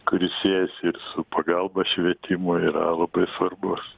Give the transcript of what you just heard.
kuris siejasi ir su pagalba švietimui yra labai svarbus